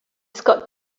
scored